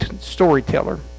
storyteller